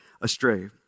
astray